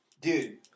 Dude